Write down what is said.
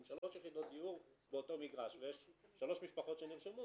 אם שלוש יחידות דיור באותו מגרש ויש שלוש משפחות שנרשמו,